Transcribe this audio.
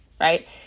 right